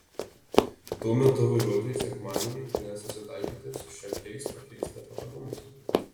tuo metu vairuotojai sekmadienį turės susitaikyti su šiokiais tokiais nepatogumais